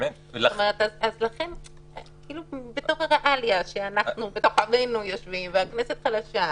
אנחנו בתוך עמנו יושבים והכנסת חלשה,